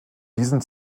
diesen